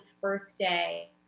birthday